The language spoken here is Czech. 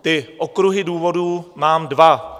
Ty okruhy důvodů mám dva.